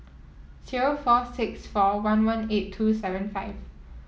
zero four six four one one eight two seven five